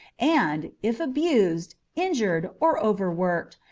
and, if abused, injured, or overworked,